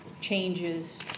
changes